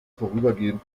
vorübergehend